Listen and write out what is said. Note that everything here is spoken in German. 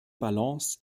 balance